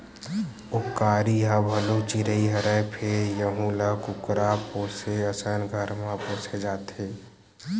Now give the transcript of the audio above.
उपकारी ह भलुक चिरई हरय फेर यहूं ल कुकरा पोसे असन घर म पोसे जाथे